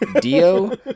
Dio